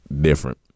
different